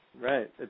Right